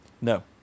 No